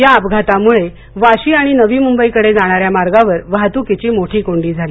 या अपघातामुळे वाशी आणि नवीमुंबई कडे जाणाऱ्या मार्गावर वाहतुकीची मोठी कोंडी झाली